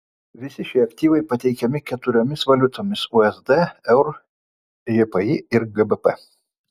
visi šie aktyvai pateikiami keturiomis valiutomis usd eur jpy ir gbp